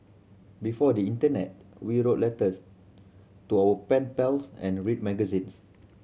before the internet we wrote letters to our pen pals and read magazines